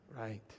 right